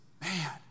man